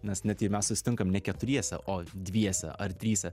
nes net jei mes susitinkam ne keturiese o dviese ar trise